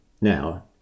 Now